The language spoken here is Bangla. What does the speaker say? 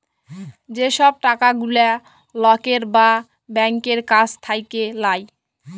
যে সব টাকা গুলা লকের বা ব্যাংকের কাছ থাক্যে লায়